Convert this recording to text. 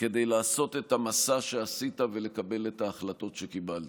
כדי לעשות את המסע שעשית ולקבל את ההחלטות שקיבלת.